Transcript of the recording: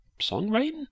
songwriting